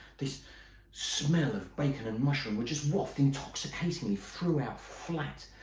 this smell of bacon and mushroom would just waft, intoxicatingly, through our flat.